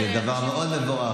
זה דבר מאוד מבורך,